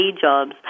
jobs